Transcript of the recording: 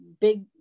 big